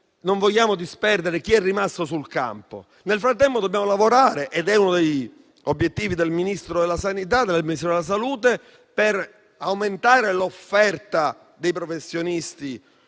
non vogliamo disperdere chi è rimasto sul campo, ma nel frattempo dobbiamo lavorare e uno degli obiettivi del Ministro della salute è quello di aumentare l'offerta dei professionisti